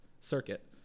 Circuit